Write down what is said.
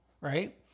Right